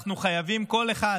כל אחד